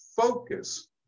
focus